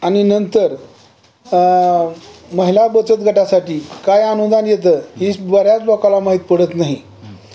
आणि नंतर महिला बचत गटासाठी काय अनुदान येतं हे बऱ्याच लोकांना माहीत पडत नाही